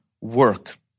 work